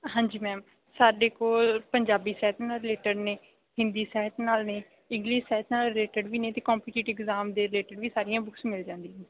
ਹਾਂਜੀ ਮੈਮ ਸਾਡੇ ਕੋਲ ਪੰਜਾਬੀ ਸਾਹਿਤ ਨਾਲ ਰਿਲੇਟਡ ਨੇ ਹਿੰਦੀ ਸਾਹਿਤ ਨਾਲ ਨੇ ਇੰਗਲਿਸ਼ ਸਾਹਿਤ ਨਾਲ ਰਿਲੇਟਡ ਵੀ ਨੇ ਅਤੇ ਕੋਮਪੀਟੀਟਿਵ ਐਗਜਾਮ ਦੇ ਰਿਲੇਟਿਡ ਵੀ ਸਾਰੀਆਂ ਬੁੱਕਸ ਮਿਲ ਜਾਂਦੀਆ